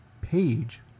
page